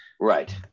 Right